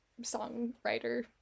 songwriter